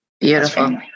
Beautiful